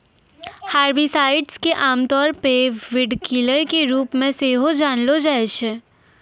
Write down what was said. herbicides के आमतौरो पे वीडकिलर के रुपो मे सेहो जानलो जाय छै